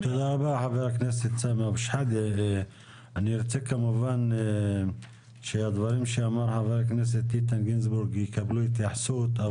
אני רוצה שהדברים שאמר חבר הכנסת גינזבורג יקבלו התייחסות.